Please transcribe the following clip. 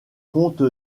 compte